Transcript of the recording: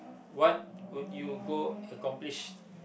what would you go accomplish